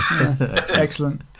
excellent